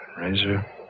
Razor